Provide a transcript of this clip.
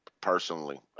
Personally